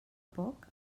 poc